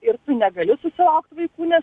ir tu negali susilaukt vaikų nes nežada